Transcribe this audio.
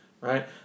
right